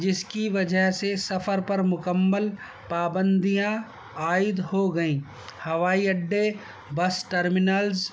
جس کی وجہ سے سفر پر مکمل پابندیاں عائد ہو گئیں ہوائی اڈے بس ٹرمینلز